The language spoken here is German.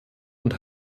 und